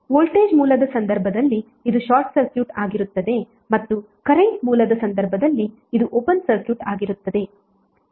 voltage ಮೂಲದ ಸಂದರ್ಭದಲ್ಲಿ ಇದು ಶಾರ್ಟ್ ಸರ್ಕ್ಯೂಟ್ ಆಗಿರುತ್ತದೆ ಮತ್ತು ಕರೆಂಟ್ ಮೂಲದ ಸಂದರ್ಭದಲ್ಲಿ ಅದು ಓಪನ್ ಸರ್ಕ್ಯೂಟ್ ಆಗಿರುತ್ತದೆ